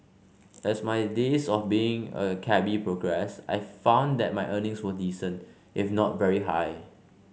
as my days of being a cabby progressed I found that my earnings were decent if not very high